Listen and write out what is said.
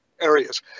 areas